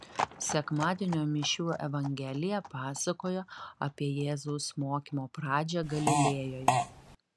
sekmadienio mišių evangelija pasakojo apie jėzaus mokymo pradžią galilėjoje